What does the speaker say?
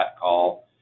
call